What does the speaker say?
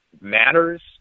matters